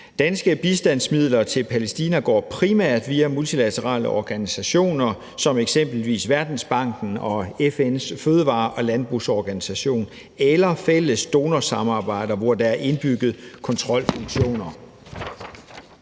Danske bistandsmidler til Palæstina går primært via multilaterale organisationer som eksempelvis Verdensbanken og FN's fødevare- og landbrugsorganisation eller fælles donorsamarbejder, hvor der er indbygget kontrolfunktioner.